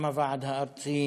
גם הוועד הארצי